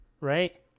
Right